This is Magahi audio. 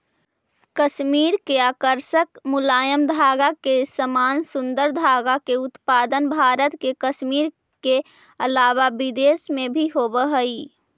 कश्मीर के आकर्षक मुलायम धागा के समान सुन्दर धागा के उत्पादन भारत के कश्मीर के अलावा विदेश में भी होवऽ हई